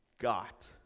got